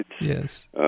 Yes